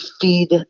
feed